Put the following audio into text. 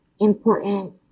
important